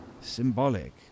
Symbolic